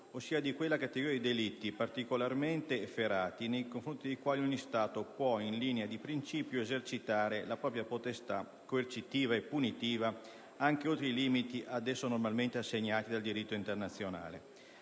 ossia di quella categoria di delitti particolarmente efferati nei confronti dei quali ogni Stato può, in linea di principio, esercitare la propria potestà coercitiva e punitiva, anche oltre i limiti ad esso normalmente assegnati dal diritto internazionale.